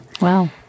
Wow